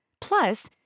Plus